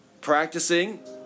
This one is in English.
Practicing